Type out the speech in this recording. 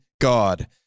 God